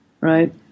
right